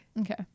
Okay